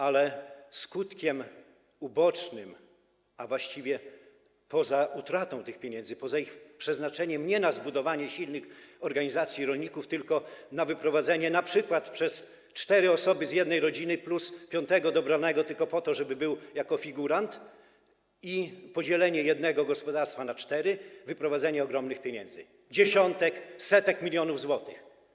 Ale skutkiem ubocznym, a właściwie poza utratą tych pieniędzy, poza ich przeznaczeniem nie na zbudowanie silnych organizacji rolników, tylko na wyprowadzenie np. przez cztery osoby z jednej rodziny plus piątego dobranego tylko po to, żeby był jako figurant, i podzielenie jednego gospodarstwa na cztery, wyprowadzenie ogromnych pieniędzy, dziesiątek, setek milionów złotych.